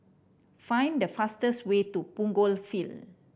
find the fastest way to Punggol Field